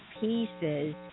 pieces